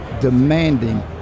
demanding